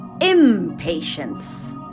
impatience